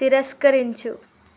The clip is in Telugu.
తిరస్కరించు